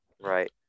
Right